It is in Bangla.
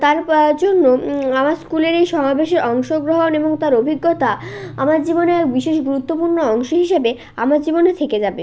তার প জন্য আমার স্কুলের এই সমাবেশে অংশগ্রহণ এবং তার অভিজ্ঞতা আমার জীবনে বিশেষ গুরুত্বপূর্ণ অংশ হিসেবে আমার জীবনে থেকে যাবে